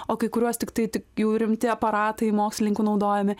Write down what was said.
o kai kuriuos tik tai tik jau rimti aparatai mokslininkų naudojami